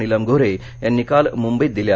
नीलम गोन्हे यांनी काल मुंबईत दिल्या